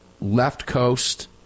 left-coast